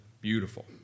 beautiful